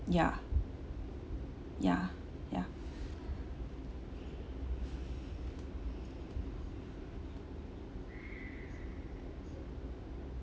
ya ya ya